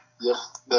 Yes